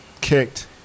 kicked